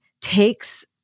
takes